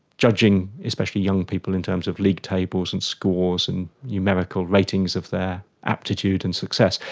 judging especially young people in terms of league tables and scores and numerical ratings of their aptitude and success.